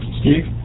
Steve